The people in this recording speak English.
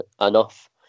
enough